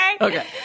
Okay